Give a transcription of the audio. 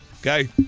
Okay